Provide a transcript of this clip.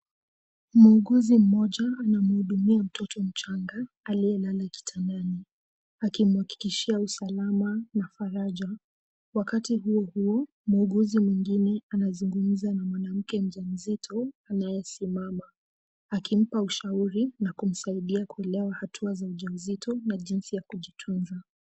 Muuguzi mmoja anamhudumia mtoto mchanga aliyelala kitandani akimhakikishia usalama na faraja. Wakati huo huo muuguzi mwingine anazungumza na mwanamke mjamzito anayesimama akimpa ushauri na kumsaidia kuelewa hatua za ujauzito na jinsi ya kujitunza.